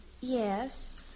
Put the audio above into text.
Yes